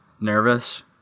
Nervous